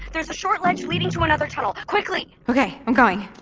there's a short ledge leading to another tunnel. quickly okay, i'm going